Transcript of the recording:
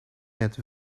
met